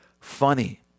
funny